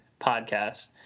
podcast